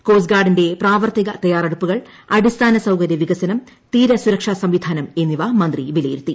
cost ഗാർഡിന്റെ പ്രാവർത്തിക തയ്യാറെടുപ്പുകൾ അടിസ്ഥാനസൌകര്യ വികസനം തീര സ്പൂർക്ഷാ സംവിധാനം എന്നിവ മന്ത്രി വിലയിരുത്തി